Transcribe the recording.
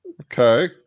okay